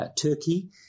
Turkey